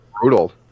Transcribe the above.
Brutal